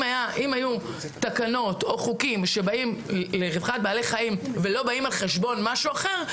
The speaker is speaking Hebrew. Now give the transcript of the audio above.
אם היו תקנות או חוקים לרווחת בעלי חיים שלא באים על חשבון משהו אחר,